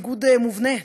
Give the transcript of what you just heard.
ניגוד מובנה,